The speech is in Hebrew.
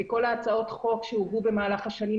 וכל הצעות החוק שהובאו במהלך השנים,